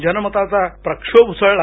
जनमताचा प्रक्षोभ उसळला